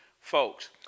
folks